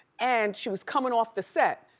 and she was coming off the set,